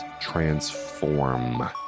transform